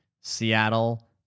Seattle